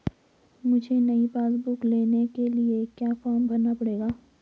मुझे नयी passbook book लेने के लिए क्या फार्म भरना पड़ेगा?